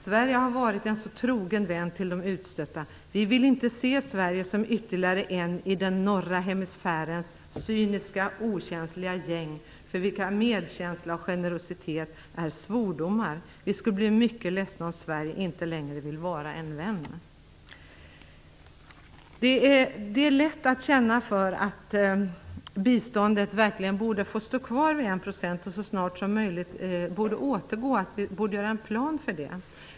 Sverige har varit en så trogen vän till de utstötta. Vi vill inte se Sverige som ytterligare en i den norra hemisfärens cyniska, okänsliga gäng för vilka medkänsla och generositet är svordomar. Vi skulle bli mycket ledsna om Sverige inte längre vill vara en vän. Det är lätt att känna för att biståndet verkligen borde få stå kvar vid 1 % och att vi så snart som möjligt borde göra en plan för det.